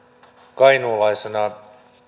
kainuulaisena